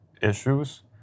issues